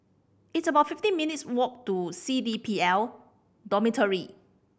it's about fifty minutes' walk to C D P L Dormitory